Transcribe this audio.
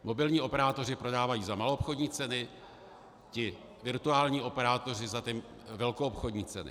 Mobilní operátoři prodávají za maloobchodní ceny, virtuální operátoři za velkoobchodní ceny.